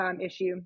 issue